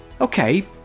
Okay